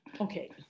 Okay